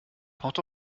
port